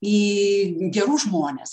į gerus žmones